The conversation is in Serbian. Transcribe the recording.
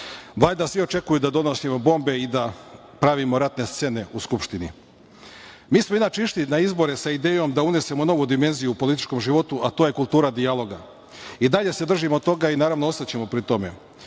Valjda svi očekuju da donosimo bombe i da pravimo ratne scene u Skupštini. Mi smo, inače, išli na izbore sa idejom da unesemo novu dimenziju u političkom životu, a to je kultura dijaloga. I dalje se držimo toga i, naravno, ostaćemo pri tome.